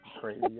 crazy